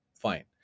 Fine